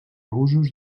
usos